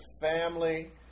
family